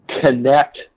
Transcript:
connect